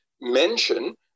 mention